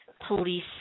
police